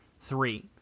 three